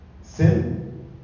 sin